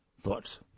thoughts